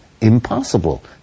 impossible